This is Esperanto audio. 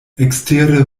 ekstere